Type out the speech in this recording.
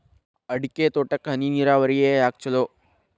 ಅಡಿಕೆ ತೋಟಕ್ಕ ಹನಿ ನೇರಾವರಿಯೇ ಯಾಕ ಛಲೋ?